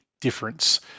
difference